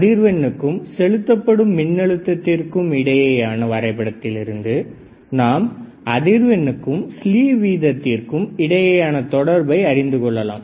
அதிர்வெண்ணுக்கும் செலுத்தப்படும் மின் அழுத்தத்திற்கும் இடையேயான வரைபடத்திலிருந்து நாம் அதிர்வெண்ணுக்கும் ஸ்லீவ் வீதத்திற்கும் இடையேயான தொடர்பை அறிந்து கொள்ளலாம்